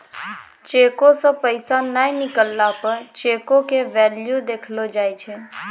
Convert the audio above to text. चेको से पैसा नै निकलला पे चेको के भेल्यू देखलो जाय छै